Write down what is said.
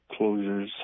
closures